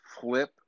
flip